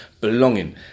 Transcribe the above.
belonging